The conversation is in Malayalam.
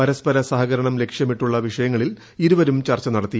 പരസ്പര സഹകരണം ലക്ഷ്യമിട്ടുള്ള വിഷയ്ങ്ങളിൽ ഇരുവരും ചർച്ച നടത്തി